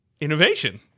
innovation